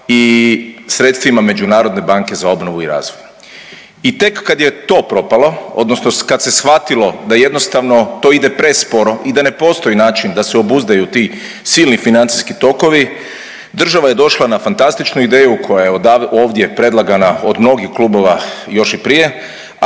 i sredstvima Međunarodne banke za obnovu i razvoj. I tek kad je to propalo, odnosno kad se shvatilo da jednostavno to ide presporo i da ne postoji način da se obuzdaju ti silni financijski tokovi država je došla na fantastičnu ideju koja ja je ovdje predlagana od mnogih klubova još i prije,